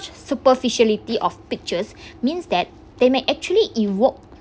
superficiality of pictures means that they may actually evoked